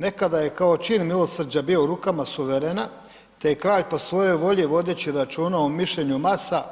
Nekada je kao čin milosrđa bio u rukama suverena te je kraj po svojoj volji, vodeći računa o mišljenju masa,